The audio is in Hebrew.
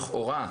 לכאורה,